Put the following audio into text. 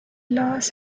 los